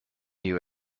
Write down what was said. you